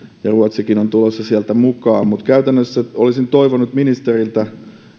ja ruotsikin on tulossa sieltä mukaan käytännössä olisin toivonut ministeriltä